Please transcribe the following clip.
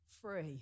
free